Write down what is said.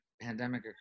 pandemic